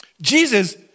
Jesus